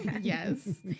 yes